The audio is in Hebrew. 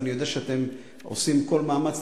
ואני יודע שאתם עושים כל מאמץ,